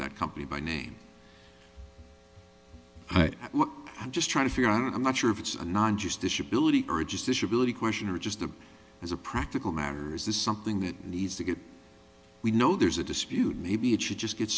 that company by name i just try to figure out i'm not sure if it's not just disability or just disability question or just as a practical matter is this something that needs to get we know there's a dispute maybe it should just get